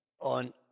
on